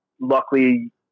Luckily